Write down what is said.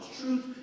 Truth